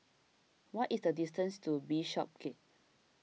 what is the distance to Bishopsgate